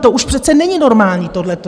To už přece není normální tohleto!